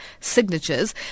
signatures